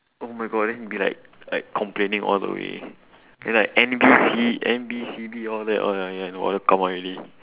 oh my god then he will be like like complaining all the way ya like N B C N B C B all that all ya ya all come out already